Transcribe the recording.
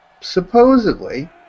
supposedly